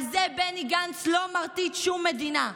על זה בני גנץ לא מרטיט שום מדינה,